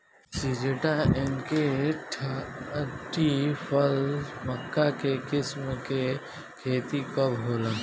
Syngenta NK thirty plus मक्का के किस्म के खेती कब होला?